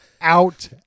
out